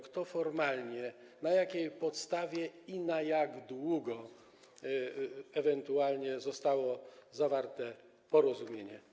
Kto formalnie i na jakiej podstawie oraz na jak długo ewentualnie zostało zawarte porozumienie?